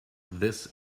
this